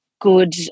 good